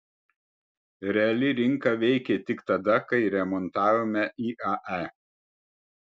reali rinka veikė tik tada kai remontavome iae